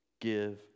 Give